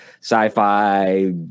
sci-fi